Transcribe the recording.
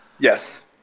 Yes